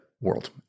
world